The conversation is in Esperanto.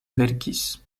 verkis